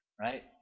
right